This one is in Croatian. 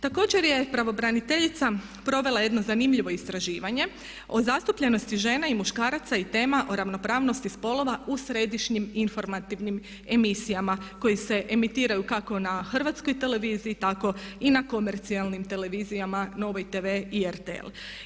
Također je pravobraniteljica provela jedno zanimljivo istraživanje o zastupljenosti žena i muškaraca i tema o ravnopravnosti spolova u središnjim informativnim emisijama koje se emitiraju kako na HRT-u tako i na komercijalnim televizijama Novoj tv i RTL.